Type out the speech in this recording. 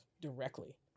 directly